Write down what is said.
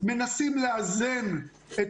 מנסים לאזן את